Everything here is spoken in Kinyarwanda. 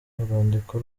rwandiko